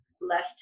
left